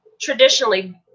traditionally